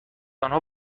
آنها